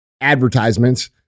advertisements